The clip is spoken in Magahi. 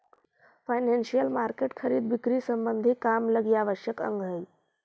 फाइनेंसियल मार्केट खरीद बिक्री संबंधी काम लगी आवश्यक अंग हई